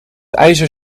ijzer